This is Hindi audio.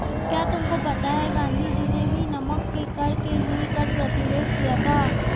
क्या तुमको पता है गांधी जी ने भी नमक के कर के लिए कर प्रतिरोध किया था